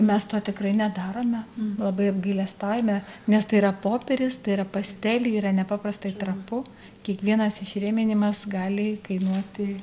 mes to tikrai nedarome labai apgailestaujame nes tai yra popieris tai yra pastelė yra nepaprastai trapu kiekvienas išrėminimas gali kainuoti